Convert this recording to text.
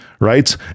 right